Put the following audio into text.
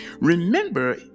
remember